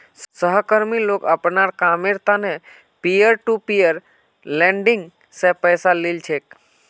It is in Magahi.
सहकर्मी लोग अपनार कामेर त न पीयर टू पीयर लेंडिंग स पैसा ली छेक